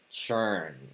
churn